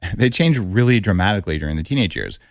they change really dramatically during the teenage years,